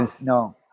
No